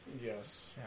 Yes